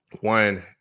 One